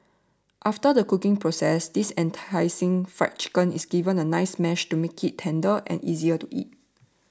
after the cooking process this enticing Fried Chicken is given a nice mash to make it tender and easier to eat